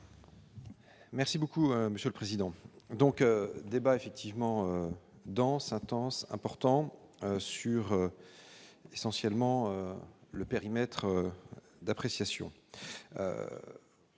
Merci beaucoup monsieur le président, donc débat effectivement dense, intense important sur essentiellement. Le périmètre d'appréciation